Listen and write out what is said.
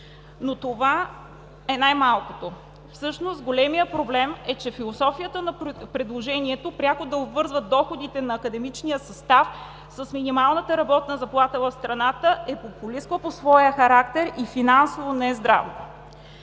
но това е най-малкото. Всъщност големият проблем е, че философията на предложението – пряко да се обвързват доходите на академичния състав с минималната работна заплата в страната, е популистко по своя характер и финансово нездраво.